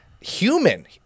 human